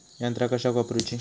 यंत्रा कशाक वापुरूची?